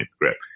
grip